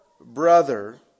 brother